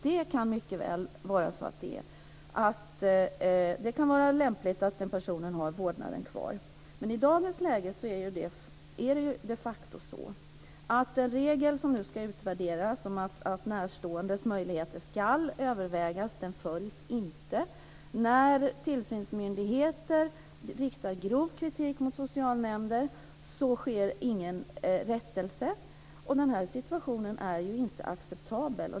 Det kan mycket väl vara lämpligt att en person får ha vårdnaden kvar. Men i dagens läge följs inte den regel som nu ska utvärderas om att närståendes möjligheter ska övervägas. När tillsynsmyndigheter riktar grov kritik mot socialnämnder sker ingen rättelse, och den situationen är ju inte acceptabel.